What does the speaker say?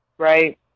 right